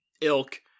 ilk